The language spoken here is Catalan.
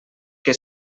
que